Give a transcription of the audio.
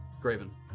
Graven